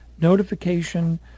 notification